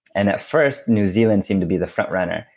and at first, new zealand seemed to be the front runner.